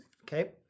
okay